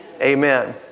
Amen